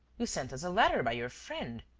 you sent us a letter by your friend.